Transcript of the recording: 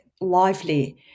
Lively